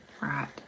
right